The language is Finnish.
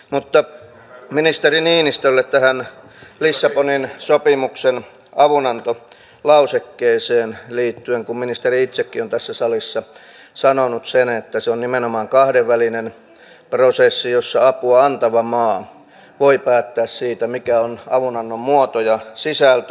mutta ministeri niinistölle tähän lissabonin sopimuksen avunantolausekkeeseen liittyen kun ministeri itsekin on tässä salissa sanonut että se on nimenomaan kahdenvälinen prosessi jossa apua antava maa voi päättää siitä mikä on avunannon muoto ja sisältö